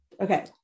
okay